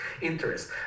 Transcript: interest